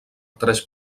tres